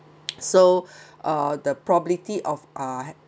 so uh the probability of uh